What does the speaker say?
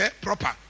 proper